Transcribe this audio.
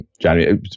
January